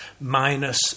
minus